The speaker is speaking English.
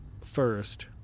first